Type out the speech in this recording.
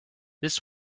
this